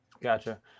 Gotcha